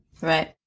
Right